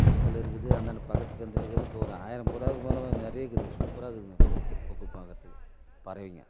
கிணத்துல இருக்குது அந்தாண்டை பக்கத்து கிணத்துல இருக்குது இப்போ ஒரு ஆயிரம் புறாவுக்கு மேல் நிறைய இருக்குது சூப்பராக இருக்குதுங்க இப்போது கொக்கு பார்க்கறதுக்கு பறவைங்க